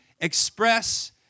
express